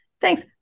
thanks